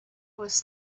was